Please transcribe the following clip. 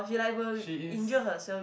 she is